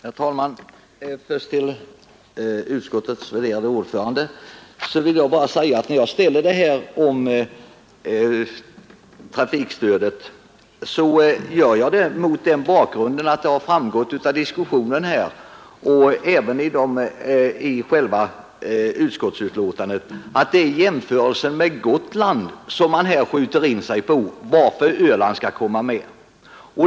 Herr talman! Till utskottets värderade ordförande vill jag bara säga att jag ser frågan om transportstödet mot bakgrunden av vad som framgått av diskussionen här och även av själva utskottsbetänkandet, nämligen att det är jämförelsen med Gotland som man skjuter in sig på i argumenteringen för att Öland skall komma med.